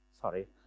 sorry